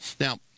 Now